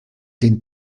den